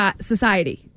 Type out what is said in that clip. society